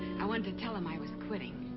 i wanted to tell him i was quitting.